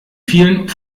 vielen